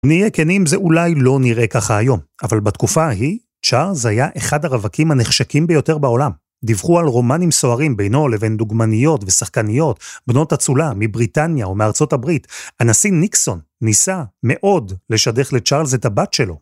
נהיה כנים זה אולי לא נראה ככה היום, אבל בתקופה ההיא, צ'ארלס היה אחד הרווקים הנחשקים ביותר בעולם. דיווחו על רומנים סוערים בינו לבין דוגמניות ושחקניות, בנות אצולה מבריטניה או מארצות הברית. הנשיא ניקסון ניסה מאוד לשדך לצ'ארלס את הבת שלו.